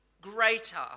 greater